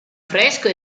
fresco